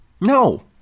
No